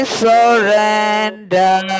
surrender